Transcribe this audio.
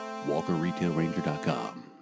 walkerretailranger.com